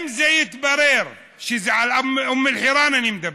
אם זה יתברר, על אום אל-חיראן אני מדבר,